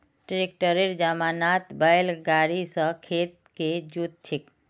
ट्रैक्टरेर जमानात बैल गाड़ी स खेत के जोत छेक